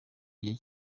gihe